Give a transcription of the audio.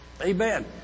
Amen